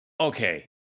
okay